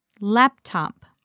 Laptop